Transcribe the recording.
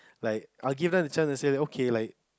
like I'll give them a chance and say okay like